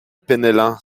penellan